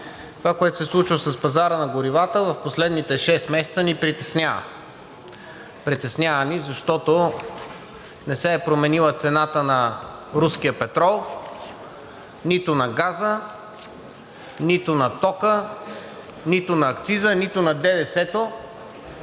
Това, което се случва с пазара на горивата в последните шест месеца, ни притеснява. Притеснява ни, защото не се е променила цената на руския петрол, нито на газа, нито на тока, нито на акциза, нито на ДДС-то